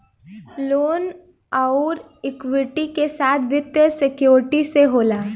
loan अउर equity के साथ वित्तीय सिक्योरिटी से होला